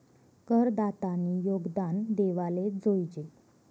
करदातानी योगदान देवाले जोयजे